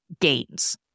gains